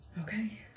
Okay